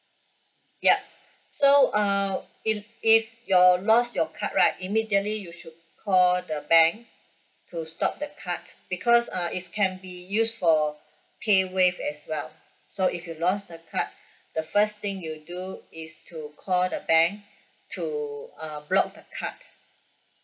yup so err in if your lost your card right immediately you should call the bank to stop the card because uh if can be used for pay wave as well so if you lost the card the first thing you do is to call the bank to err block the card